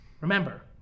Remember